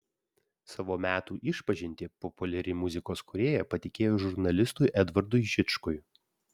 savo metų išpažintį populiari muzikos kūrėja patikėjo žurnalistui edvardui žičkui